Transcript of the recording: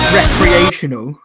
recreational